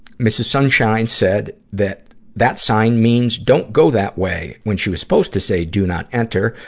mrs. sunshine said that that sign means don't go that way, when she was supposed to say do not enter.